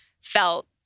felt